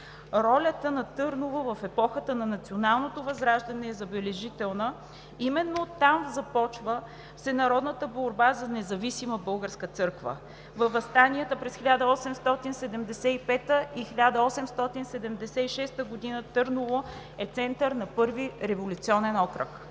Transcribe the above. Ролята на Търново в епохата на националното възраждане е забележителна. Именно там започва всенародната борба за независима българска църква. Във въстанията през 1875-а и 1876 г. Търново е център на Първи революционен окръг.